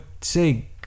say